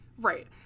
Right